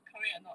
correct or not